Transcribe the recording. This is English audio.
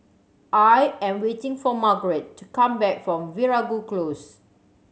I am waiting for Margarett to come back from Veeragoo Close